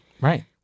Right